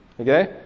Okay